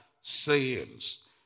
sayings